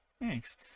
Thanks